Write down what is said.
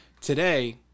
Today